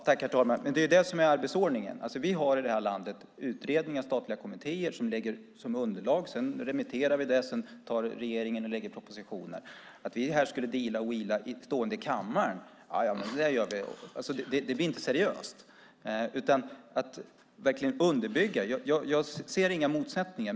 Herr talman! Det är det som är arbetsordningen. Vi har i det här landet utredningar och statliga kommittéer som lägger fram underlag. Sedan remitterar vi dem, och därefter lägger regeringen fram propositioner. Att stå här i kammaren och deala och säga "Så gör vi" blir inte seriöst. Det handlar om att verkligen underbygga besluten. Jag ser inga motsättningar.